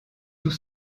tout